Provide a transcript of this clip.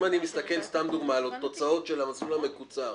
אם אני מסתכל על תוצאות של המסלול המקוצר,